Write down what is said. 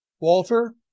Walter